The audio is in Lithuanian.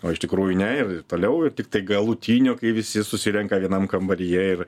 o iš tikrųjų ne ir toliau ir tiktai galutiniu kai visi susirenka vienam kambaryje ir